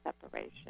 separation